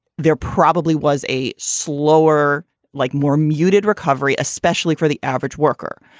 there probably was a slower like more muted recovery, especially for the average worker.